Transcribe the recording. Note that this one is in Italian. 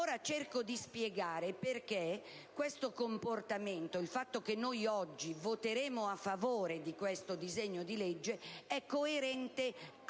Ora cercherò di spiegare perché questo comportamento, ovvero il fatto che oggi voteremo a favore del disegno di legge, è coerente anche